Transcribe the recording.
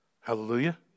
Hallelujah